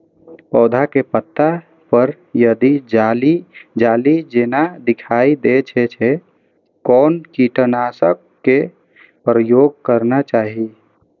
पोधा के पत्ता पर यदि जाली जाली जेना दिखाई दै छै छै कोन कीटनाशक के प्रयोग करना चाही?